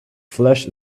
flesh